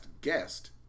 guest